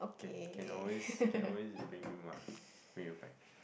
can can can always can always bring you mah